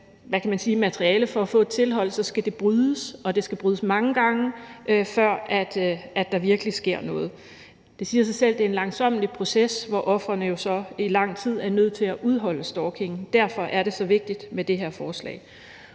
skal der samles materiale for at få et tilhold, så skal det tilhold brydes, og det skal brydes mange gange, før der virkelig sker noget. Det siger sig selv, at det er en langsommelig proces, hvor ofrene jo så i lang tid er nødt til at udholde stalkingen. Derfor er det så vigtigt med det her forslag.